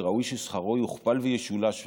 וראוי ששכרו יוכפל וישולש בעיניי.